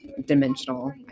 dimensional